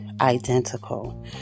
identical